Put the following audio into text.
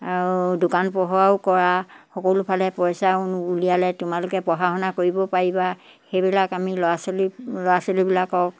আৰু দোকান পোহাৰো কৰা সকলোফালে পইচা উলিয়ালে তোমালোকে পঢ়া শুনা কৰিবও পাৰিবা সেইবিলাক আমি ল'ৰা ছোৱালী ল'ৰা ছোৱালীবিলাকক